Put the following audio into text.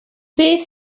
beth